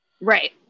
Right